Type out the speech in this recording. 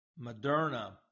Moderna